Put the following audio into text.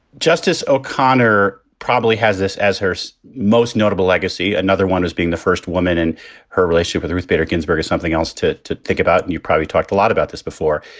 justice o'connor probably has this as her so most notable legacy. another one is being the first woman. and her relationship with ruth bader ginsburg is something else to to think about. and you probably talked a lot about this before.